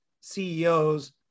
CEOs